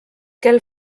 kel